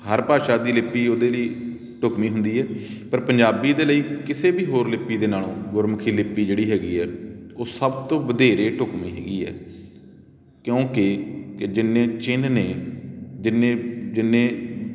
ਹਰ ਭਾਸ਼ਾ ਦੀ ਲਿਪੀ ਉਹਦੇ ਲਈ ਢੁਕਵੀਂ ਹੁੰਦੀ ਹੈ ਪਰ ਪੰਜਾਬੀ ਦੇ ਲਈ ਕਿਸੇ ਵੀ ਹੋਰ ਲਿਪੀ ਦੇ ਨਾਲੋਂ ਗੁਰਮੁਖੀ ਲਿਪੀ ਜਿਹੜੀ ਹੈਗੀ ਹੈ ਉਹ ਸਭ ਤੋਂ ਵਧੇਰੇ ਢੁਕਵੀਂ ਹੈਗੀ ਹੈ ਕਿਉਂਕਿ ਕਿ ਜਿੰਨੇ ਚਿੰਨ੍ਹ ਨੇ ਜਿੰਨੇ ਜਿੰਨੇ